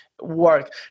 work